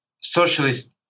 socialist